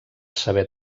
saber